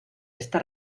esta